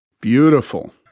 beautiful